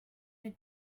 did